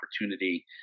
opportunity